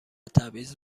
تبعیض